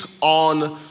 on